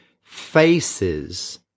faces